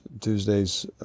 Tuesday's